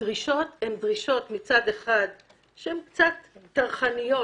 הדרישות הן דרישות שהן קצת טרחניות,